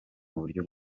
buryo